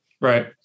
Right